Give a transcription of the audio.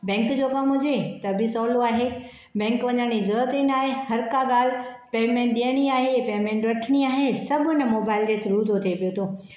bank जो कमु हुजे त बि सहूलो आहे बैंक वञण जी ज़रूरत ही नाह्व हर का ॻाल्हि पेमेंट ॾियणी आहे पेमेंट वठणी आहे सभु इन मोबाइल जे थ्रू तो थे पियो थो